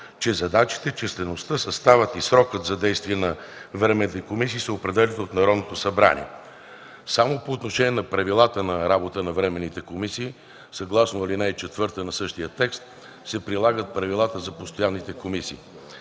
че задачите, числеността, съставът и срокът за действие на временните комисии се определят от Народното събрание. Само по отношение на правилата на работа на временните комисии съгласно ал. 4 на същия текст се прилагат правилата за постоянните комисии.